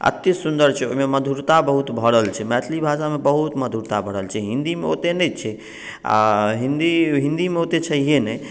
आओर एतेक सुन्दर छै ओहिमे मधुरता बहुत भरल छै मैथिली भाषामे बहुत मधुरता भरल छै हिन्दीमे ओतेक नहि छै आओर हिन्दीमे ओतेक छैए नहि